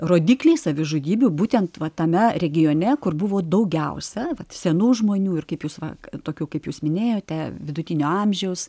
rodikliai savižudybių būtent va tame regione kur buvo daugiausia senų žmonių ir kaip jūs va tokių kaip jūs minėjote vidutinio amžiaus